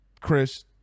Chris